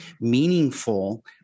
meaningful